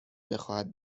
بخواهد